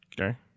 Okay